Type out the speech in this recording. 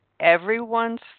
everyone's